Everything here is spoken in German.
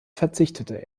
verzichtete